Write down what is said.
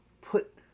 put